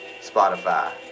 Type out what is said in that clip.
Spotify